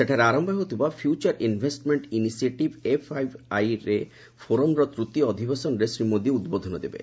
ସେଠାରେ ଆରମ୍ଭ ହେଉଥିବା ଫ୍ୟଚର୍ ଇନ୍ଭେଷ୍ଟମେଣ୍ଟ ଇନିସିଏଟିଭ୍ ଏଫ୍ଆଇଆଇ ଫୋରମ୍ର ତୃତୀୟ ଅଧିବେଶନରେ ଶ୍ରୀ ମୋଦି ଉଦ୍ବୋଧନ ଦେବେ